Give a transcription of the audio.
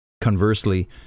Conversely